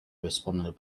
responded